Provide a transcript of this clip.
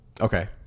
Okay